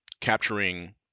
capturing